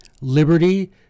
liberty